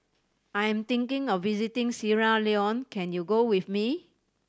I am thinking of visiting Sierra Leone can you go with me